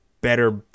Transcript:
better